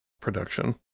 production